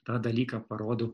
tą dalyką parodo